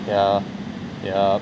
yeah yeah